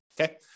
okay